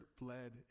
bled